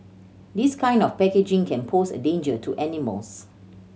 this kind of packaging can pose a danger to animals